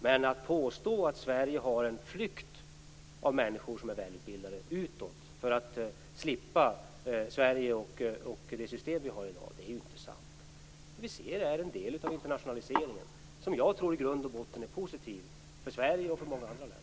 Men när det påstås att det i Sverige finns en flykt av välutbildade människor utåt för att slippa Sverige och det system som vi i dag har måste jag säga att det inte är sant. Vad vi ser är en del av internationaliseringen som, tror jag, i grund och botten är positiv för Sverige och för många andra länder.